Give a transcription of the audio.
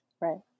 Right